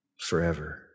forever